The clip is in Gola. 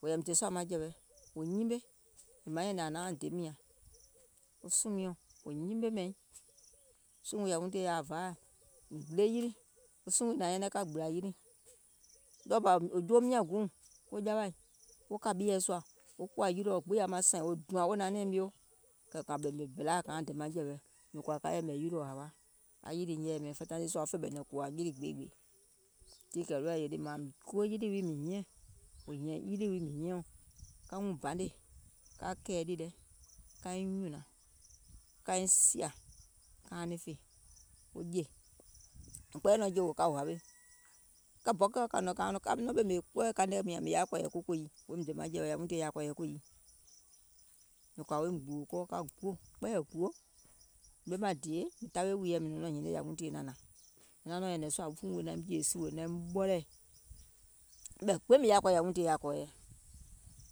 wò yȧìm dè sùȧ maŋjɛ̀wɛ, wò nyime, yèè maŋ nyɛ̀nɛ̀ŋ aŋ nauŋ dè miȧŋ, wo suùŋ miɔ̀ŋ wò nyime mɛ̀iŋ, wo suùŋ wii yȧwi tìyèe yaȧ vȧaì, mìŋ gbile yilì, wo suùŋ wii nȧŋ nyɛnɛŋ ka gbìlȧ yilì, ɗɔɔ bȧ wò joo miȧŋ guùŋ ko jawaì, wo kȧ ɓieɛ̀ sùȧ wo kùwȧ yilìɔ wo gbiŋ yaȧ maŋ sɛ̀ìŋ wo dòȧŋ wo hnȧŋ nɛɛŋ mio, kɛ̀ kȧ ɓèmè bèlaaȧ kȧuŋ dè maŋjɛ̀wɛ, mìŋ kɔ̀ȧ ka yɛ̀mɛ̀ yilìɔ hawa, ka hiȧŋ yilì wii kaiŋ banè, ka kɛ̀ɛ̀ ɗì lɛ kaiŋ nyùnȧŋ kaiŋ sìȧ kauŋ niŋ fè wo jè, wò kpɛɛyɛ̀ nɔŋ jèe wò ka wò hawe, wɔŋ bɔkèɔ kȧnɔ̀ɔŋ, ka ɓɛɛ ɓèmè kpoòɛ mìŋ yaȧ kɔ̀ɔ̀yɛ̀ koyiì wòim dè maŋjɛ̀wɛ, wò kɔ̀ȧ woim gbùwò kɔɔ ka guò, mìŋ kpɛɛyɛ̀ gùo mìŋ ɓemȧŋ wùìyèɛ woim dè maŋjɛ̀wɛ e hnȧŋ, wo suùŋ wii naim jèè siwè naim ɓɔlɛ̀ɛ̀, ɓɛ̀ gbiŋ mìŋ yaȧ kɔɔyɛ yȧwuŋ tìyèe yaȧ kɔɔyɛ,